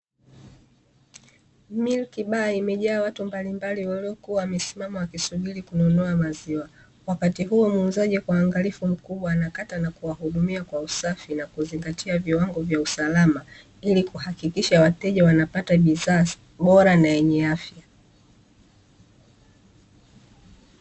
"MILK BAR" imejaa watu mbalimbali waliokuwa wamesimama wakisubiri kununua maziwa, wakati huo muuzaji kwa uangalifu mkubwa anakata na kuwahudumia kwa usafi, na kuzingatia viwango vya usalama ili kuhakikisha wateja wanapata bidhaa bora na yenye afya.